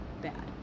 bad